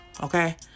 okay